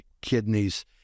kidneys